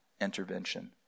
intervention